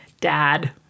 dad